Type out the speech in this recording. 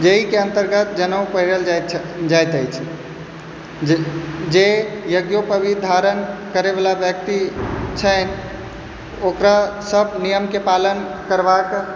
जाहिके अन्तर्गत जनेऊ पहिरल जाइत अछि जे यज्ञोपवीत धारण करैवला व्यक्ति छथि ओकरा सभ नियमके पालन करबाके